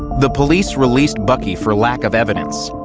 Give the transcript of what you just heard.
the police released buckey for lack of evidence,